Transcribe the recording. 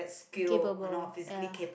incapable ya